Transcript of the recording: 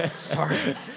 Sorry